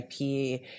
IP